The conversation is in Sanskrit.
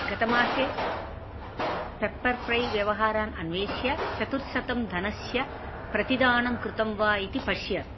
गतमासे पेप्पर् फ़्रै व्यवहारान् अन्विष्य चतुश्शतं धनस्य प्रतिदानं कृतं वा इति पश्य